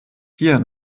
hier